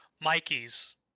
mikey's